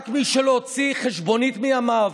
רק מי שלא הוציא חשבונית מימיו,